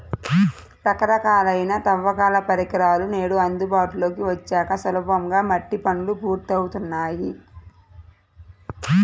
రకరకాలైన తవ్వకాల పరికరాలు నేడు అందుబాటులోకి వచ్చాక సులభంగా మట్టి పనులు పూర్తవుతున్నాయి